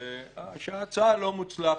שההצעה לא מוצלחת.